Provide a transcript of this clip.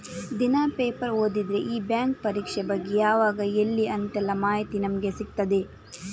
ದಿನಾ ಪೇಪರ್ ಓದಿದ್ರೆ ಈ ಬ್ಯಾಂಕ್ ಪರೀಕ್ಷೆ ಬಗ್ಗೆ ಯಾವಾಗ ಎಲ್ಲಿ ಅಂತೆಲ್ಲ ಮಾಹಿತಿ ನಮ್ಗೆ ಸಿಗ್ತದೆ